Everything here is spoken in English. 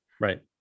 right